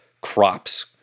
crops